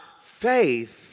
faith